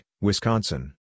Wisconsin